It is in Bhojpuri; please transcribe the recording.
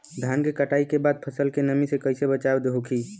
धान के कटाई के बाद फसल के नमी से कइसे बचाव होखि?